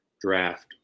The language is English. draft